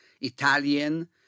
Italian